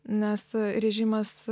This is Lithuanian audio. nes režimas